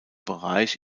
bereich